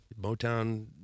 Motown